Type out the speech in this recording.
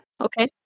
Okay